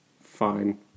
fine